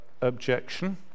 objection